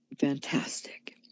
fantastic